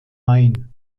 main